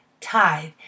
tithe